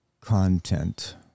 content